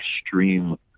extreme